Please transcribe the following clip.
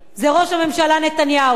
זה ראש הממשלה נתניהו.